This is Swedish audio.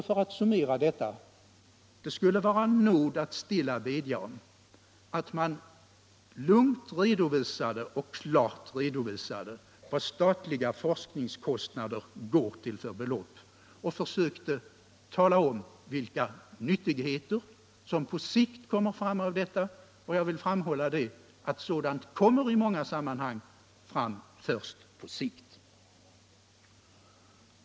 För att summera: Det skulle vara en nåd att stilla bedja om att man lugnt och klart redovisade vad statliga forskningskostnader uppgår till för belopp och försökte tala om vilka nyttigheter som på sikt kommer fram av dessa insatser, Jag vill framhålla att sådant i många fall kommer fram först på sikt!